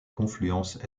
confluence